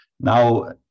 now